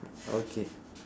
okay